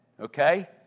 Okay